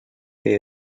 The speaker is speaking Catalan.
que